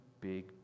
big